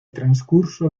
transcurso